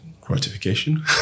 gratification